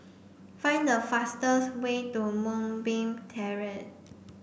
find the fastest way to Moonbeam Terrace